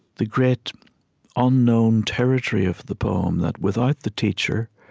the great unknown territory of the poem that, without the teacher,